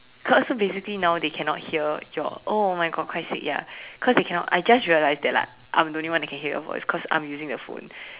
got so basically now they cannot hear your oh my God Christ sake ya cause they cannot I just realized that like I'm the only one that can hear your voice cause I'm using the phone